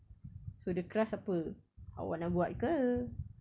so the crust apa awak nak buat ke